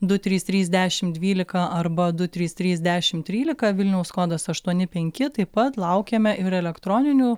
du trys trys dešim dvylika arba du trys trys dešim trylika vilniaus kodas aštuoni penki taip pat laukiame ir elektroninių